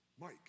Mike